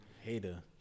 Hater